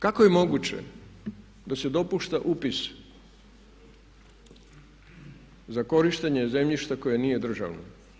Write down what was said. Drugo, kako je moguće da se dopušta upis za korištenje zemljišta koje nije državno?